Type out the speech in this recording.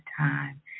time